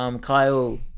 Kyle